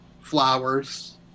flowers